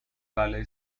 بلایی